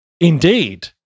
indeed